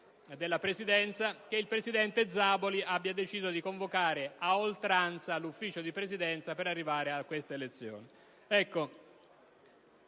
della Presidenza - che il presidente Zavoli abbia deciso di convocare a oltranza l'Ufficio di Presidenza per arrivare a questa elezione.